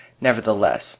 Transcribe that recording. nevertheless